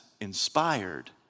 inspired